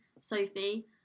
Sophie